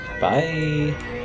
Bye